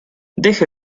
deje